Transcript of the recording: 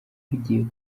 bigiye